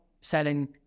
selling